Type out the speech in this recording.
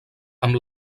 amb